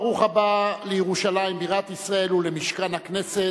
ברוך הבא לירושלים בירת ישראל ולמשכן הכנסת,